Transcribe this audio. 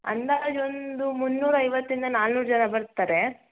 ಅಂದಾಜು ಒಂದು ಮೂನ್ನೂರೈವತ್ತರಿಂದ ನಾಲ್ಕುನೂರು ಜನ ಬರ್ತಾರೆ